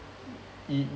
mm